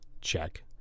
Check